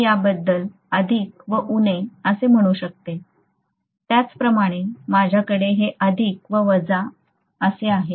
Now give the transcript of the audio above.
मी या बद्दल अधिक व उणे असे म्हणू शकतो त्याचप्रमाणे माझ्याकडे हे अधिक व वजा असे आहे